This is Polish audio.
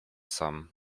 sam